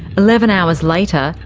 eleven hours later,